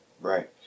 Right